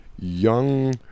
young